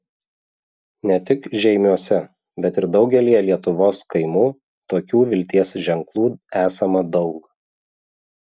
ne tik žeimiuose bet ir daugelyje lietuvos kaimų tokių vilties ženklų esama daug